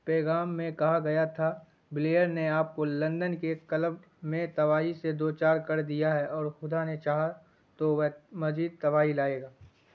پیغام میں کہا گیا تھا بلیئر نے آپ کو لندن کے کلب میں تباہی سے دوچار کر دیا ہے اور خدا نے چاہا تو وہ مزید تباہی لائے گا